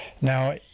Now